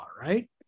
right